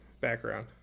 background